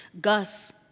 Gus